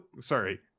Sorry